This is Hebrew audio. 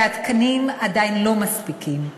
והתקנים עדיין לא מספיקים,